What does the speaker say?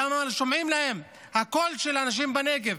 למה לא שומעים להם, לקול של האנשים בנגב?